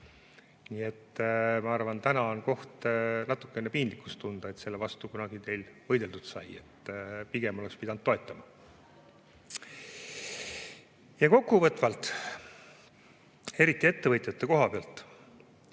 Nii et ma arvan, et täna on teil põhjust natuke piinlikkust tunda, et selle vastu kunagi võideldud sai. Pigem oleks pidanud toetama. Kokkuvõtvalt, eriti ettevõtjate koha pealt.